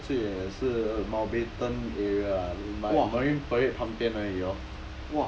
err 我去过最远的是 mountbatten area ah marine parade 旁边而已哦